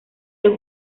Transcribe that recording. los